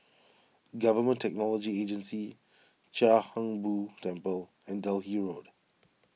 Government Technology Agency Chia Hung Boo Temple and Delhi Road